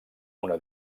una